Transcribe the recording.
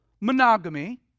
monogamy